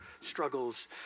struggles